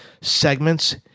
segments